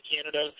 Canada